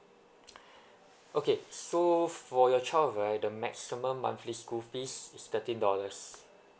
okay so for your child right the maximum monthly school fees is thirteen dollars